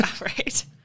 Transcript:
right